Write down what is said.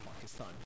Pakistan